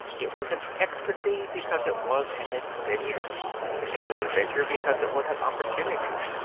it was an ecstasy because it was an adventure it was an adventure because it was an opportunity.